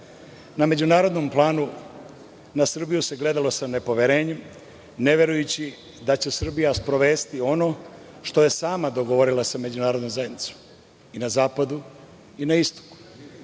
međunarodnom planu na Srbiju se gledalo sa nepoverenjem ne verujući da će Srbija sprovesti ono što je sama dogovorila sa međunarodnom zajednicom i na zapadu i na istoku. Na